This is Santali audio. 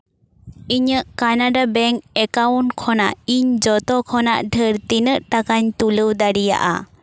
ᱤᱧᱟᱹᱜ ᱠᱟᱱᱟᱰᱟ ᱵᱮᱝᱠ ᱮᱠᱟᱣᱩᱱᱴ ᱠᱷᱚᱱᱟᱜ ᱤᱧ ᱡᱷᱚᱛᱚ ᱠᱷᱚᱱᱟᱜ ᱰᱷᱮᱨ ᱛᱤᱱᱟᱹᱜ ᱴᱟᱠᱟᱧ ᱛᱩᱞᱟᱹᱣ ᱫᱟᱲᱮᱭᱟᱜᱼᱟ